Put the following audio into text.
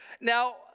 Now